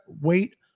wait